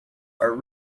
are